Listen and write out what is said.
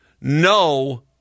No